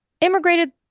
immigrated